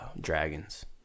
dragons